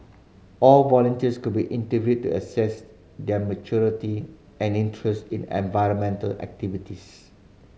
all volunteers could be interviewed to assess their maturity and interest in environmental activities